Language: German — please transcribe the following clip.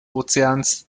ozeans